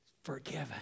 Forgiven